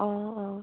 অঁ অঁ